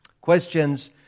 Questions